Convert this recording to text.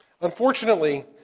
Unfortunately